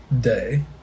day